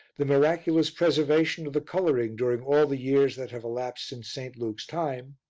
the miraculous preservation of the colouring during all the years that have elapsed since st. luke's time,